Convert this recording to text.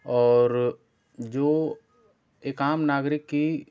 और जो एक आम नागरिक की